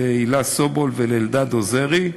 הילה סובול ואלדד עוזרי,